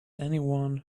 anyone